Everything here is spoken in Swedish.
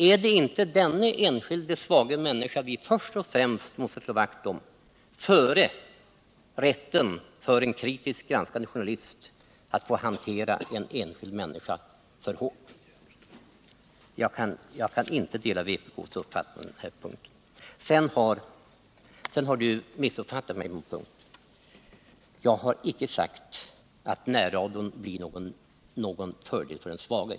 Är det inte den enskilda svaga människan som vi först och främst måste slå vakt om före rätten för en kritiskt granskande journalist att få hantera en enskild människa alltför hårt? Jag kan inte dela vpk:s uppfattning på den här punkten. Sedan har Eva Hjelmström missuppfattat mig på en punkt. Jag har icke sagt att närradion innebär någon fördel för den svage.